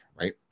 right